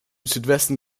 südwesten